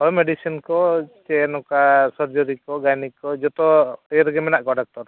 ᱦᱳᱭ ᱢᱮᱰᱤᱥᱤᱱ ᱠᱚ ᱪᱮ ᱱᱚᱝᱠᱟ ᱥᱟᱨᱡᱟᱨᱤ ᱠᱚ ᱜᱟᱭᱱᱤᱠ ᱠᱚ ᱡᱚᱛᱚ ᱤᱭᱟᱹ ᱨᱮᱜᱮ ᱢᱮᱱᱟᱜ ᱠᱚᱣᱟ ᱰᱟᱠᱛᱚᱨ